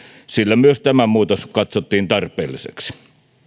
sillä myös tämä muutos katsottiin tarpeelliseksi